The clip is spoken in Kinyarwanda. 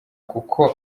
kuko